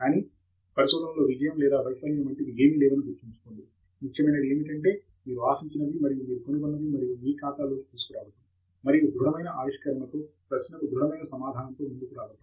కానీ పరిశోధనలో విజయం లేదా వైఫల్యం వంటివి ఏమీ లేవని గుర్తుంచుకోండి ముఖ్యమైనది ఏమిటంటే మీరు ఆశించినవి మరియు మీరు కనుగొన్నవి మరియు మీ ఖాతాలోకి తీసుకోవడం మరియు ధృఢమైన ఆవిష్కరణతో ప్రశ్నకు ధృఢమైన సమాధానంతో ముందుకు రావటం